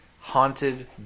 haunted